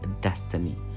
destiny